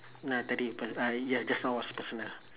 no three ~ple ah ya just now was personal